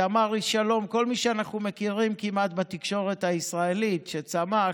תמר איש שלום כל מי שאנחנו מכירים כמעט בתקשורת הישראלית וצמח,